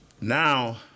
now